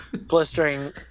blistering